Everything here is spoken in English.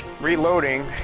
reloading